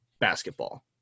basketball